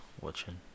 watching